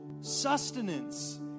sustenance